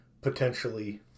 potentially